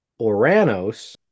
Oranos